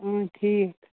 ٹھیٖک